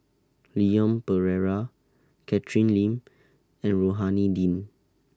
Leon Perera Catherine Lim and Rohani Din